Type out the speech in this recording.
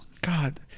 God